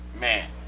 Man